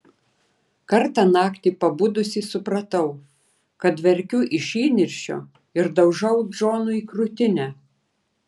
kartą naktį pabudusi supratau kad verkiu iš įniršio ir daužau džonui krūtinę